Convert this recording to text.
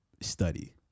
study